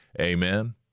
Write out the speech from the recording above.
Amen